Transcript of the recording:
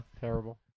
Terrible